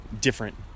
different